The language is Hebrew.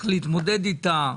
שצריך להתמודד איתה.